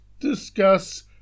Discuss